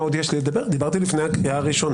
עוד יש לו לדבר כי הוא דיבר לפני הקריאה הראשונה.